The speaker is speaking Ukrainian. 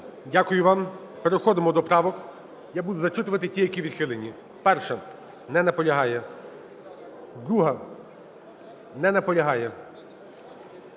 Дякую вам. Переходимо до правок. Я буду зачитувати ті, які відхилені. 1-а. Не наполягає. 2-а. Не наполягає.